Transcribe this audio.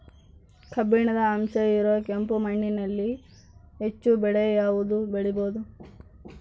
ಕಬ್ಬಿಣದ ಅಂಶ ಇರೋ ಕೆಂಪು ಮಣ್ಣಿನಲ್ಲಿ ಹೆಚ್ಚು ಬೆಳೆ ಯಾವುದು ಬೆಳಿಬೋದು?